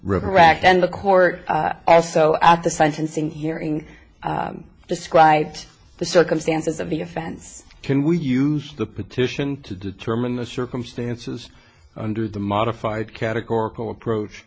rack then the court also at the sentencing hearing described the circumstances of the offense can we use the petition to determine the circumstances under the modified categorical approach